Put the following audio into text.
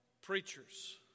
preachers